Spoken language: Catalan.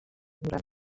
durant